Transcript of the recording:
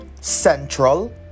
central